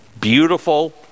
beautiful